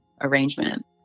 arrangement